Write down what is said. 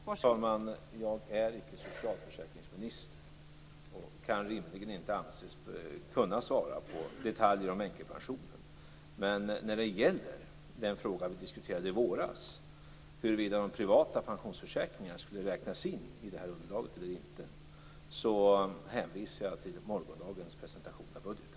Fru talman! Jag är icke socialförsäkringsminister och kan rimligen inte anses kunna svara på detaljer om änkepensionen. Men i den fråga vi diskuterade i våras, huruvida de privata pensionsförsäkringarna skulle räknas in i underlaget eller inte, hänvisar jag till morgondagens presentation av budgeten.